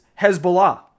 Hezbollah